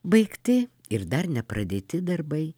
baigti ir dar nepradėti darbai